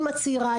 אימא צעירה,